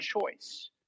choice